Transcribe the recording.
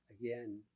again